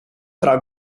tra